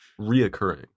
reoccurring